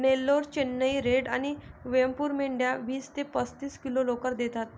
Nellore, Chennai red आणि वेमपूर मेंढ्या वीस ते पस्तीस किलो लोकर देतात